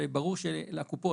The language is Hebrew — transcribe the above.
וברור שלקופות,